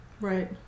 right